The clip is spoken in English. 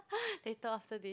later after this